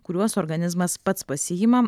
kuriuos organizmas pats pasiima